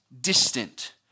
distant